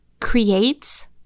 Creates